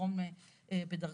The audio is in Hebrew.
ויתרום בדרכו.